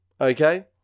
okay